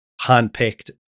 handpicked